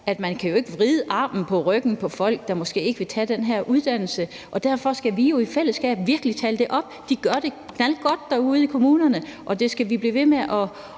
at man jo ikke kan vride armen om på ryggen på folk, der måske ikke vil tage den her uddannelse. Og derfor skal vi jo i fællesskab virkelig tale det op. De gør det knaldgodt derude i kommunerne, og det skal vi blive ved med